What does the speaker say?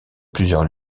plusieurs